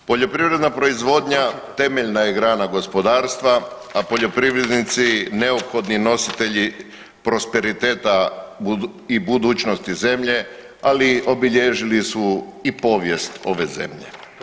Poljoprivredna proizvodnja temeljna je grana gospodarstva, a poljoprivrednici neophodni nositelji prosperiteta i budućnosti zemlje, ali obilježili su i povijest ove zemlje.